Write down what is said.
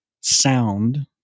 sound